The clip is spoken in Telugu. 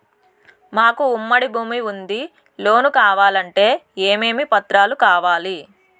మాకు ఉమ్మడి భూమి ఉంది లోను కావాలంటే ఏమేమి పత్రాలు కావాలి?